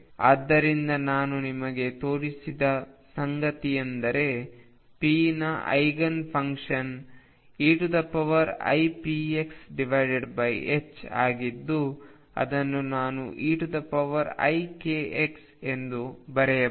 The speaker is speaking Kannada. ಆದ್ದರಿಂದ ನಾನು ನಿಮಗೆ ತೋರಿಸಿದ ಸಂಗತಿಯೆಂದರೆ p ನ ಐಗನ್ ಫಂಕ್ಷನ್ eipx ಆಗಿದ್ದು ಅದನ್ನು ನಾನು eikx ಎಂದು ಬರೆಯಬಹುದು